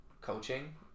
coaching